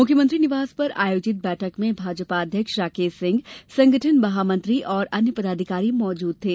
मुख्यमंत्री निवास पर आयोजित बैठक में भाजपा अध्यक्ष राकेश सिंह संगठन महामंत्री और अन्य पदाधिकारी मौजुद थे